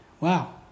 Wow